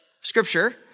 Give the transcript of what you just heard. scripture